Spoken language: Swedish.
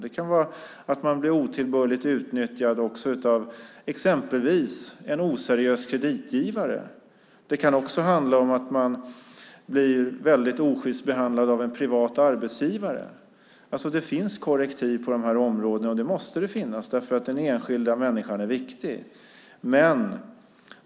Det kan vara att man blir otillbörligt utnyttjad av exempelvis en oseriös kreditgivare. Det kan också handla om att man blir väldigt osjyst behandlad av en privat arbetsgivare. Det finns alltså korrektiv på dessa områden, och det måste det finnas eftersom den enskilda människan är viktig.